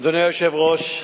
אדוני היושב-ראש,